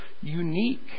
unique